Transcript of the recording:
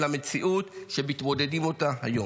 אלא מציאות שמתמודדים איתה היום.